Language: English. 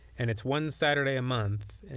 and it's one saturday a month. and